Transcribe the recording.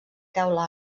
teula